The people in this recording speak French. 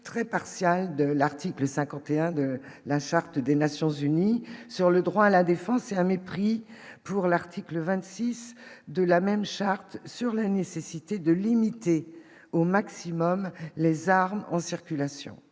très partiale de l'article 51 de la charte des Nations unies sur le droit à la défense, c'est un mépris pour l'article 26 de la même charte sur la nécessité de limiter au maximum les armes en circulation,